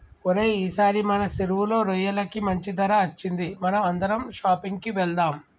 ఓరై ఈసారి మన సెరువులో రొయ్యలకి మంచి ధర అచ్చింది మనం అందరం షాపింగ్ కి వెళ్దాం